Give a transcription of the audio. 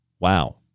Wow